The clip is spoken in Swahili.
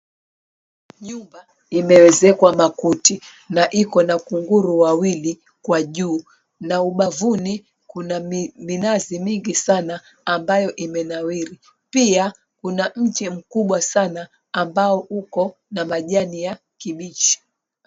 Jumba, imewekezwa makuti na iko na kunguru wawili kwa juu na ubavuni kuna mi minazi mingi sana ambayo imenawiri. Pia, kuna mti mkubwa sana ambao uko na majani ya kibichi.